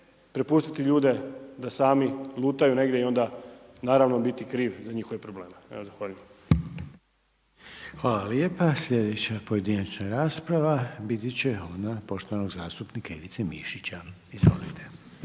prepustiti ljude da sami lutaju negdje i onda naravno biti kriv za njihove probleme. Evo, zahvaljujem. **Reiner, Željko (HDZ)** Hvala lijepa. Sljedeća pojedinačna rasprava biti će ona poštovanog zastupnika Ivice Mišića. Izvolite.